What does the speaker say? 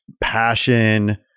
Passion